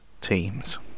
teams